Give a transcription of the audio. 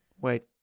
Wait